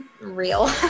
real